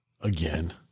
Again